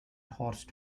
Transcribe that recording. horse